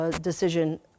decision